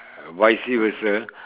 vice versa